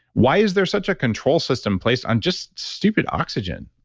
why is there such a control system placed on just stupid oxygen?